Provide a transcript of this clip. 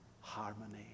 harmony